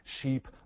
sheep